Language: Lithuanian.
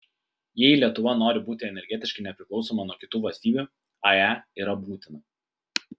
jei lietuva nori būti energetiškai nepriklausoma nuo kitų valstybių ae yra būtina